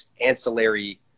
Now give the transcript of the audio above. ancillary